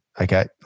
okay